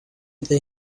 they